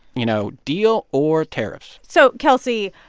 you know, deal or tariffs so kelsey,